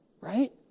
Right